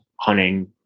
hunting